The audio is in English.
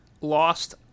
lost